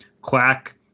Quack